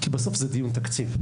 כי בסוף זה דיון על תקציב.